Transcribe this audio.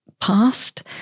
past